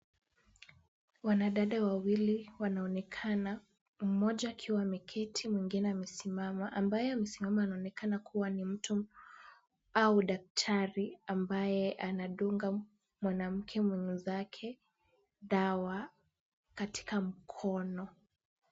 Wanadada wawili wanaonekana, mmoja akiwa ameketi mwingine amesimama. Ambaye amesimama anaonekana kuwa ni mtu au daktari ambaye anadunga mwanamke mwenzake dawa katika mkono.